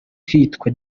kitwa